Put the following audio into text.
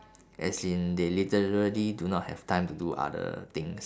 as in they literally do not have time to do other things